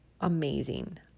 amazing